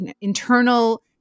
internal